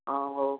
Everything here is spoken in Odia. ହଁ ହଉ